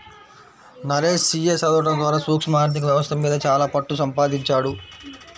Naresh CA చదవడం ద్వారా సూక్ష్మ ఆర్ధిక వ్యవస్థ మీద చాలా పట్టుసంపాదించాడు